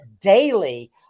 daily